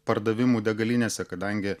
pardavimu degalinėse kadangi